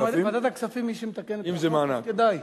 ועדת הכספים היא שמתקנת את החוק, ועדת הכספים.